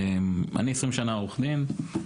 אני 20 שנה עורך דין,